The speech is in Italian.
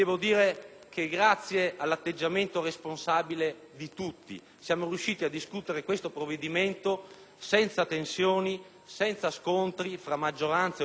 siamo riusciti a discutere questo provvedimento senza tensioni, senza scontri tra maggioranza e opposizione, cosa che invece è sempre avvenuta in passato.